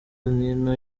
nino